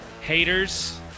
haters